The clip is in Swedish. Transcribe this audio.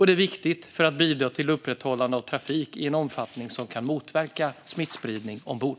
Det är viktigt för att bidra till upprätthållande av trafik i en omfattning som kan motverka smittspridning ombord.